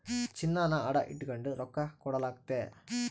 ಚಿನ್ನಾನ ಅಡ ಇಟಗಂಡು ರೊಕ್ಕ ಕೊಡಲಾಗ್ತತೆ